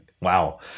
wow